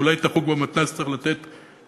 ואולי את החוג במתנ"ס צריך לתת פרו-בונו,